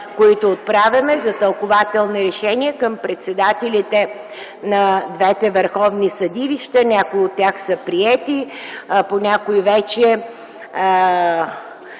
които отправяме за тълкувателни решения към председателите на двете върховни съдилища. Някои от тях са приети, а по някои вече